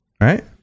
Right